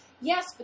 Yes